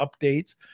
updates